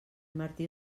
martí